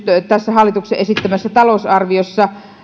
tässä hallituksen esittämässä talousarviossa